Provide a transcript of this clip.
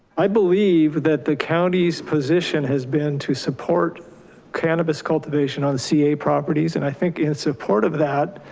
i believe that the county's position has been to support cannabis cultivation on ca properties and i think in support of that,